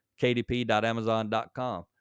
kdp.amazon.com